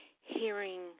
hearing